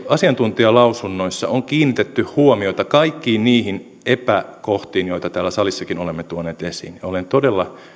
asiantuntijalausunnoissa on kiinnitetty huomiota kaikkiin niihin epäkohtiin joita täällä salissakin olemme tuoneet esiin ja olen todella